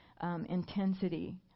intensity